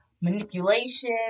manipulation